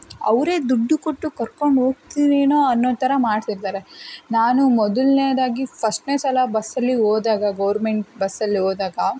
ಅವರೇ ದುಡ್ಡು ಕೊಟ್ಟು ಕರ್ಕೊಂಡೋಗ್ತೀನೇನೋ ಅನ್ನೋ ಥರ ಮಾಡ್ತಿರ್ತಾರೆ ನಾನು ಮೊದಲ್ನೇದಾಗಿ ಫಸ್ಟ್ನೇ ಸಲ ಬಸ್ಸಲ್ಲಿ ಹೋದಾಗ ಗೋರ್ಮೆಂಟ್ ಬಸ್ಸಲ್ಲಿ ಹೋದಾಗ